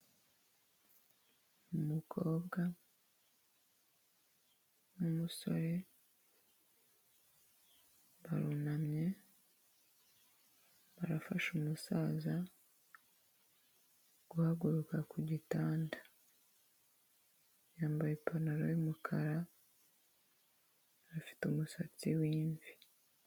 Umukobwa n'umusore barunamye, barafasha umusaza guhaguruka ku gitanda, yambaye ipantaro y'umukara, afite umusatsi w'imvi.